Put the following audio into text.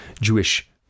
Jewish